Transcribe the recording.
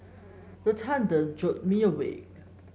the thunder jolt me awake